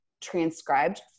transcribed